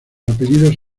apellidos